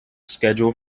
scheduled